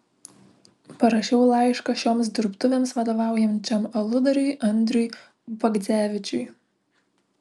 parašiau laišką šioms dirbtuvėms vadovaujančiam aludariui andriui bagdzevičiui